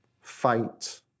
Fight